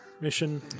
mission